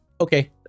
okay